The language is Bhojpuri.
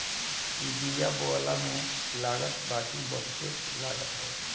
इ बिया बोअला में लागत बाकी बहुते लागत हवे